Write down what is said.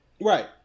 Right